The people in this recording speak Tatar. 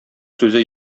сүзе